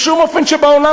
בשום אופן שבעולם,